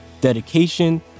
dedication